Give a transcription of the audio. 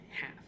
half